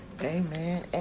Amen